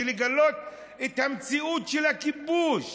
ולגלות את המציאות של הכיבוש,